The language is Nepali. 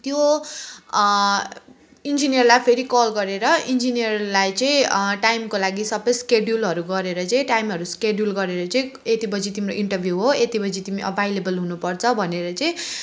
त्यो इन्जिनियरलाई फेरि कल गरेर इन्जिनियरलाई चाहिँ टाइमको लागि सपोज सेड्युल गरेर चाहिँ टाइमहरू सेड्युल गरेर चाहिँ यति बजी तिम्रो इन्टरभ्यू हो यति बजी तिमी एभाइलेवल हुनुपर्छ भनेर चाहिँ